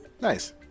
Nice